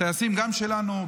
הטייסים גם שלנו,